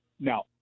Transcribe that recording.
Now